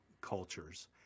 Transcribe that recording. cultures